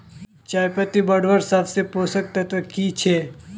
चयपत्ति बढ़वार सबसे पोषक तत्व की छे?